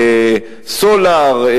סולאר,